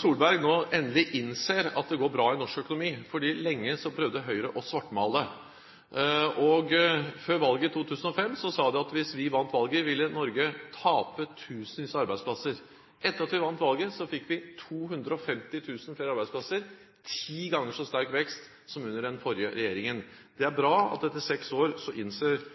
Solberg nå endelig innser at det går bra i norsk økonomi, for lenge prøvde Høyre å svartmale. Før valget i 2005 sa de at hvis vi vant valget, ville Norge tape tusenvis av arbeidsplasser. Etter at vi vant valget, fikk vi 250 000 flere arbeidsplasser – ti ganger så sterk vekst som under den forrige regjeringen. Det er bra at etter seks år innser